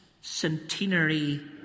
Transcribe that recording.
centenary